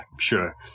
sure